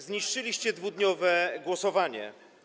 Zniszczyliście 2-dniowe głosowanie.